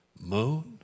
Moon